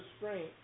restraint